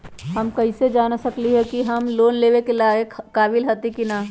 हम कईसे जान सकली ह कि हम लोन लेवे के काबिल हती कि न?